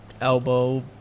elbow